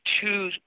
two